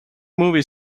movie